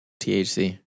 THC